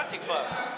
פ/2403.